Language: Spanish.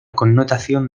connotación